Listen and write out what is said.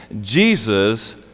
Jesus